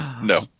No